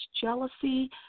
jealousy